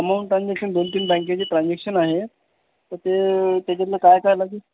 मग ट्रान्झेक्शन दोन तीन बँकेचे ट्रान्झेक्शन आहेत तर ते त्याच्यातलं काय काय लागेल